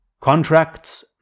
Contracts